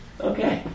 Okay